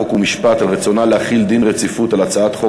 חוק ומשפט על רצונה להחיל דין רציפות על הצעת חוק